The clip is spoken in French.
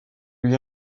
lui